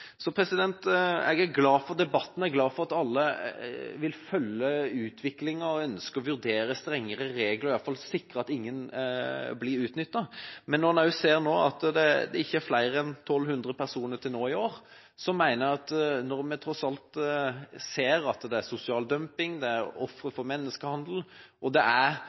Jeg er glad for debatten, og jeg er glad for at alle vil følge utviklingen og ønsker å vurdere strengere regler, og i hvert fall vil sikre at ingen blir utnyttet. Man ser at dette ikke gjelder flere enn ca.1 200 personer til nå i år. Når vi tross alt ser at det foregår sosial dumping og menneskehandel, og at det er og et skjevt maktforhold, mener jeg det er gode grunner for å diskutere hele ordningen. Det